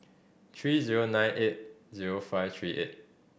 three zero nine eight zero five three eight